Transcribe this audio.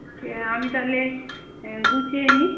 ঠিক আছে আমি তাহলে গুছিয়ে নিই